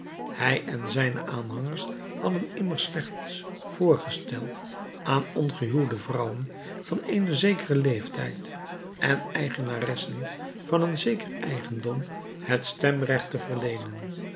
hij en zijne aanhangers hadden immers slechts voorgesteld aan ongehuwde vrouwen van eenen zekeren leeftijd en eigenaressen van een zeker eigendom het stemrecht te verleenen